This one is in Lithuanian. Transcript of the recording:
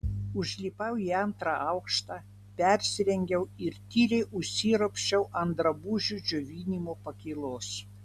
užlipau į antrą aukštą persirengiau ir tyliai užsiropščiau ant drabužių džiovinimo pakylos